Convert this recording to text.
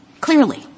clearly